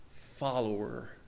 follower